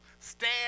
stand